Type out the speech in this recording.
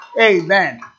Amen